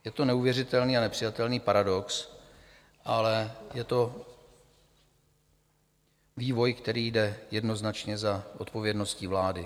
Je to neuvěřitelný a nepřijatelný paradox, ale je to vývoj, který jde jednoznačně za odpovědností vlády.